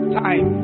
time